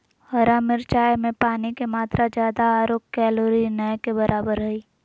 हरा मिरचाय में पानी के मात्रा ज्यादा आरो कैलोरी नय के बराबर हइ